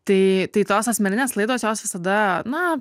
tai tos asmeninės laidos jos visada na